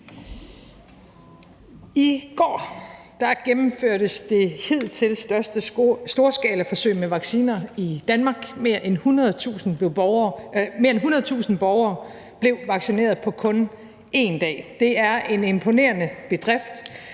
I går gennemførtes det hidtil største storskalaforsøg med vacciner i Danmark. Mere end 100.000 borgere blev vaccineret på kun én dag. Det er en imponerende bedrift